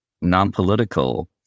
non-political